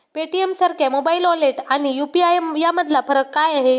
पेटीएमसारख्या mobile wallet आणि UPI यामधला फरक काय आहे?